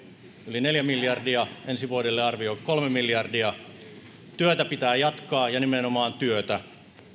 yli neljä miljardia ensi vuodelle arvio on kolme miljardia työtä pitää jatkaa ja nimenomaan työtä